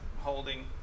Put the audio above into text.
holding